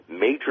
major